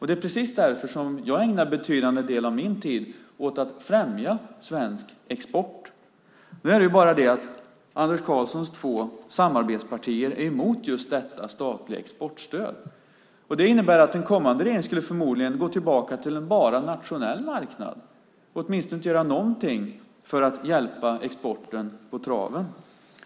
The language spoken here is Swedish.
Det är precis därför som jag ägnar betydande del av min tid åt att främja svensk export. Nu är det bara det att Anders Karlssons två samarbetspartier är emot detta statliga exportstöd. Det innebär att en kommande regering förmodligen skulle gå tillbaka till en nationell marknad eller åtminstone inte göra någonting för att hjälpa exporten på traven.